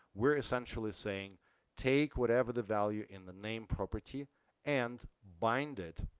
we're essentially saying take whatever the value in the name property and bind it